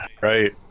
right